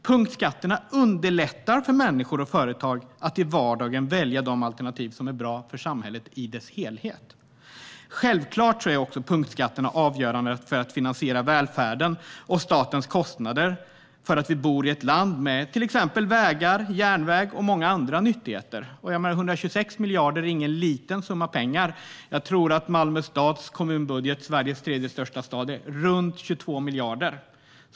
Punktskatterna underlättar för människor och företag att i vardagen välja de alternativ som är bra för samhället i dess helhet. Självklart är också punktskatterna avgörande när det gäller att finansiera välfärden och statens kostnader för att vi bor i ett land med till exempel vägar, järnväg och många andra nyttigheter. 126 miljarder är ingen liten summa pengar. Jag tror att Malmö stads kommunbudget - Sveriges tredje största stad - är runt 22 miljarder.